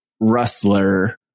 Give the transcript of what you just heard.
rustler